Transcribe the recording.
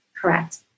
correct